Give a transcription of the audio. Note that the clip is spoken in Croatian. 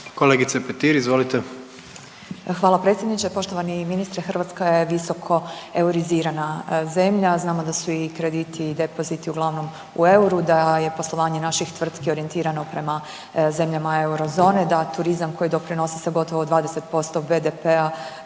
Marijana (Nezavisni)** Hvala predsjedniče. Poštovani ministre Hrvatska je visoko eurizirana zemlja. Znamo su i krediti i depoziti uglavnom u euru, da je poslovanje naših tvrtki orijentirano prema zemljama eurozone, da turizam koji doprinosi sa gotovo 20% BDP-a